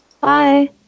Bye